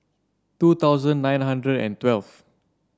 two thousand nine hundred and twelve